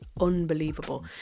unbelievable